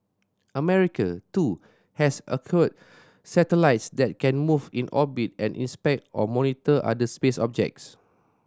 America too has acquired satellites that can move in orbit and inspect or monitor other space objects